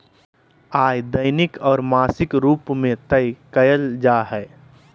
आय दैनिक और मासिक रूप में तय कइल जा हइ